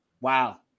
Wow